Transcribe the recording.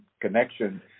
connection